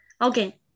Okay